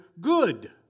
good